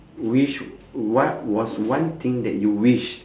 wish what was one thing that you wish